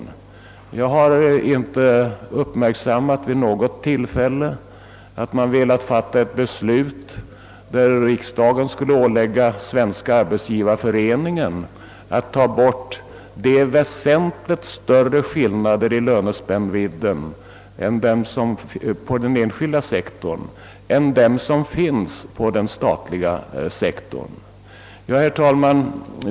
Men jag har inte vid något tillfälle uppmärksammat att man velat fatta ett beslut där riksdagen skulle ålägga Svenska arbetsgivareföreningen att ta bort de väsentligt större skillnader i lönespännvidden på den enskilda sektorn än som finns på den statliga sektorn. Herr talman!